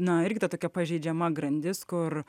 na irgi ta tokia pažeidžiama grandis kur